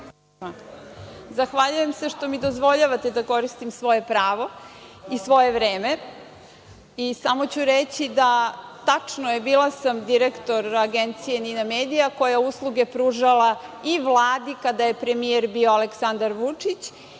Zahvaljujem se što mi dozvoljavate da koristim svoje pravo i svoje vreme. Samo ću reći da je tačno da sam bila direktor Agencije „Ninamedije“, koja je usluge pružala i Vladi kada je premijer bio Aleksandar Vučić